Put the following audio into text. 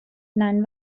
non